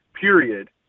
period